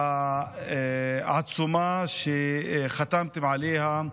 העצומה שחתמתם עליה,